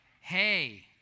Hey